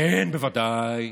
כן, בוודאי.